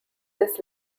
this